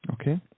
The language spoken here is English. okay